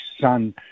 son